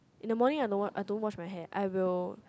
in the morning I no want I don't wash my hair I will